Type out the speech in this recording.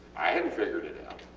i hadnt figured it out